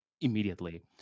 immediately